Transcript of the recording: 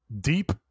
deep